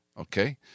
Okay